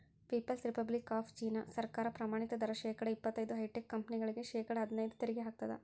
people's Republic of China ಸರ್ಕಾರ ಪ್ರಮಾಣಿತ ದರ ಶೇಕಡಾ ಇಪ್ಪತೈದು ಹೈಟೆಕ್ ಕಂಪನಿಗಳಿಗೆ ಶೇಕಡಾ ಹದ್ನೈದು ತೆರಿಗೆ ಹಾಕ್ತದ